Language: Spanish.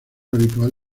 habitual